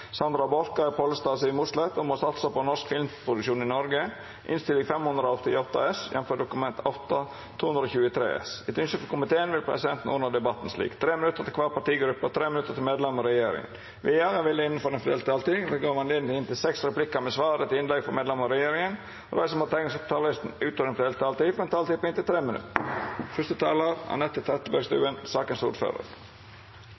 vil presidenten ordna debatten slik: 3 minutt til kvar partigruppe og 3 minutt til medlemer av regjeringa. Vidare vil det – innanfor den fordelte taletida – verta gjeve høve til inntil seks replikkar med svar etter innlegg frå medlemer av regjeringa, og dei som måtte teikna seg på talarlista utover den fordelte taletida, får òg ei taletid på inntil 3 minutt.